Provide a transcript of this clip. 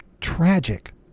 tragic